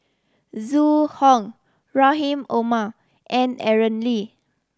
Zhu Hong Rahim Omar and Aaron Lee